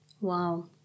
Wow